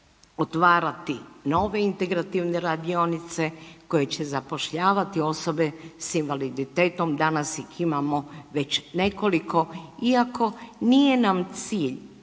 otvarati nove integrativne radionice koje će zapošljavati osobe s invaliditetom, danas ih imamo već nekoliko iako nije nam cilj